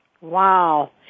Wow